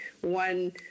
one